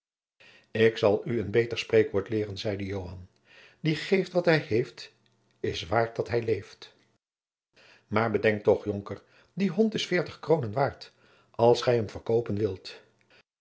ik zal u een beter spreekwoord leeren zeide joan die geeft wat hij heeft is waard dat hij leeft maar bedenk toch jonker die hond is veertig kroonen waard als gij hem verkopen wilt